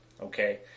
Okay